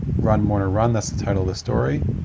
run, mourner run, that's the title the story.